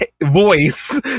voice